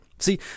See